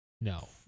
no